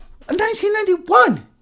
1991